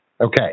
Okay